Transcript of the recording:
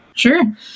Sure